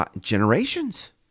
Generations